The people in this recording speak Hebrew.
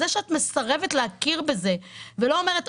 זה שאת מסרבת להכיר בזה ולא אומרת,